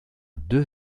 deux